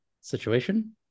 situation